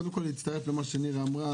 קודם כל אני מצטרף למה שנירה אמרה,